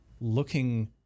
looking